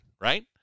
right